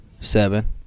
seven